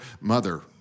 mother